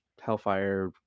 Hellfire